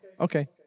okay